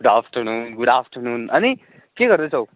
good afternoon good afternoon अनि के गर्दैछौ